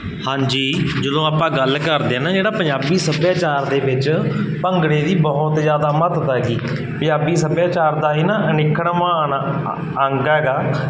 ਹਾਂਜੀ ਜਦੋਂ ਆਪਾਂ ਗੱਲ ਕਰਦੇ ਹਾਂ ਨਾ ਜਿਹੜਾ ਪੰਜਾਬੀ ਸੱਭਿਆਚਾਰ ਦੇ ਵਿੱਚ ਭੰਗੜੇ ਦੀ ਬਹੁਤ ਜ਼ਿਆਦਾ ਮਹੱਤਤਾ ਹੈਗੀ ਪੰਜਾਬੀ ਸੱਭਿਆਚਾਰ ਦਾ ਇਹ ਨਾ ਅਨਿੱਖੜਵਾਂ ਅੰਗ ਹੈਗਾ